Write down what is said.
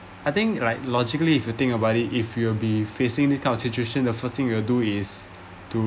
I think like logically if you think about it if you'll be facing this kind of situation the first thing you will do is to